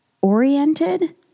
oriented